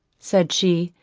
said she,